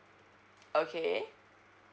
okay